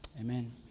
Amen